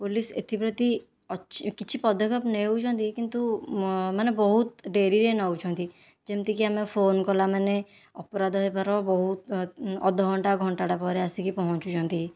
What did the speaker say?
police ଏଥିପ୍ରତି ଅଛି କିଛି ପଦକ୍ଷେପ ନେଉଛନ୍ତି କିନ୍ତୁ ମାନେ ବହୁତ ଡେରିରେ ନେଉଛନ୍ତି ଯେମିତି କି ଆମେ ଫୋନ୍ କଲା ମାନେ ଅପରାଧ ହେବାର ବହୁତ ଅଧ ଘଣ୍ଟା ଘଣ୍ଟାଟେ ପରେ ଆସିକି ପହଞ୍ଚୁଛନ୍ତି